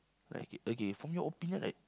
like K okay from your opinion right